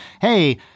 hey